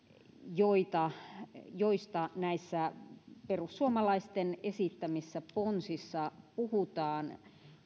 joista näissä perussuomalaisten esittämissä ponsissa puhutaan